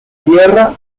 tierra